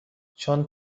چون